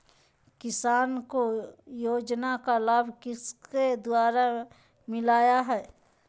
किसान को योजना का लाभ किसके द्वारा मिलाया है?